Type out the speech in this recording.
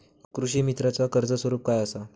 कृषीमित्राच कर्ज स्वरूप काय असा?